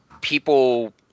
people